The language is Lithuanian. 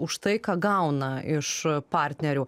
už tai ką gauna iš partnerių